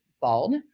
bald